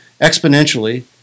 exponentially